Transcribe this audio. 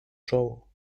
czoło